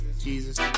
Jesus